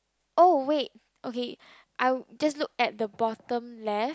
oh wait okay I just look at the bottom left